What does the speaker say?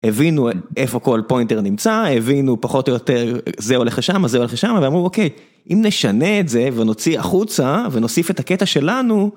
הבינו איפה כל פוינטר נמצא הבינו פחות או יותר זה הולך שם זה הולך שם ואמרו אוקיי אם נשנה את זה ונוציא החוצה ונוסיף את הקטע שלנו.